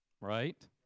right